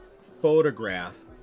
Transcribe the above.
photograph